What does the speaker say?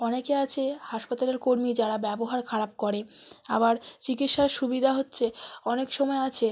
অনেকে আছে হাসপাতালের কর্মী যারা ব্যবহার খারাপ করে আবার চিকিৎসার সুবিধা হচ্ছে অনেক সময় আছে